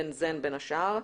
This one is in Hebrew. בנזן בין השאר.